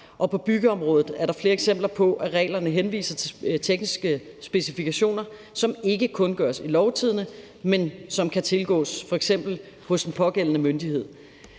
På byggeområdet er der flere eksempler på, at reglerne henviser til tekniske specifikationer, som ikke kundgøres i Lovtidende, men som kan tilgås f.eks. hos den pågældende myndighed.